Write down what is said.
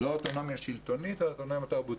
לא אוטונומיה שלטונית אלא אוטונומיה תרבותית.